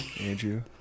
Andrew